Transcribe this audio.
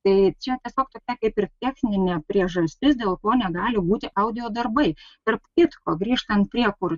tai čia tiesiog tokia kaip ir techninė priežastis dėl ko negali būti audio darbai tarp kitko grįžtant prie kur